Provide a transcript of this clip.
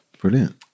Brilliant